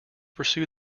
pursue